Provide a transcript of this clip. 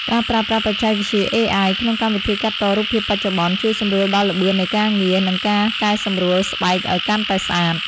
ការប្រើប្រាស់បច្ចេកវិទ្យា AI ក្នុងកម្មវិធីកាត់តរូបភាពបច្ចុប្បន្ន ជួយសម្រួលដល់ល្បឿននៃការងារ និងការកែសម្រួលស្បែកឱ្យកាន់តែស្អាត។